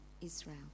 Israel